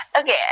Okay